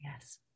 yes